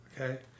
Okay